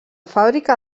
fàbrica